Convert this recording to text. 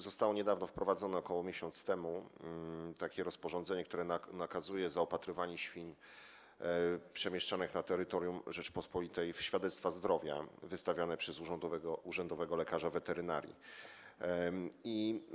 Zostało niedawno wprowadzone - około miesiąca temu - takie rozporządzenie, które nakazuje zaopatrywanie świń przemieszczanych na terytorium Rzeczypospolitej w świadectwa zdrowia wystawiane przez urzędowego lekarza weterynarii.